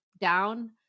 down